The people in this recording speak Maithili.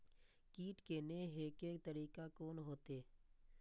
कीट के ने हे के तरीका कोन होते?